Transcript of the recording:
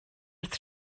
wrth